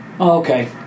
Okay